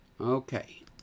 Okay